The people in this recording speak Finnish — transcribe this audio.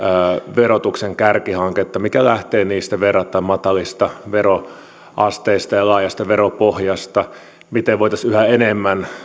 verotuksen kärkihanketta mikä lähtee verrattain matalista veroasteista ja laajasta veropohjasta ja miten voisimme yhä enemmän